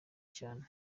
cyane